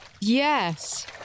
Yes